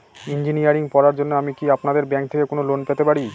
Engineering পড়ার জন্য আমি কি আপনাদের ব্যাঙ্ক থেকে কোন লোন পেতে পারি?